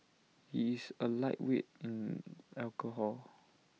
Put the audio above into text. he is A lightweight in alcohol